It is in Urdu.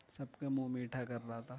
سب کے منھ میٹھا کر رہا تھا